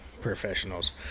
professionals